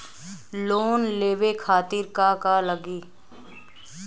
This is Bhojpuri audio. लोन लेवे खातीर का का लगी?